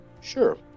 Sure